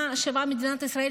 מה שווה מדינת ישראל,